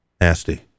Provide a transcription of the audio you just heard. Nasty